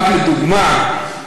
רק לדוגמה,